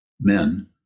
men